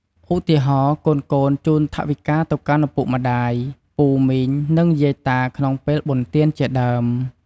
ឧទាហរណ៍៍ កូនៗជូនថវិកាទៅកាន់ឪពុកម្ដាយ ពូមីង និង យាយតាក្នុងពេលបុណ្យទានជាដើម។